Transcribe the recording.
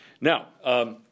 Now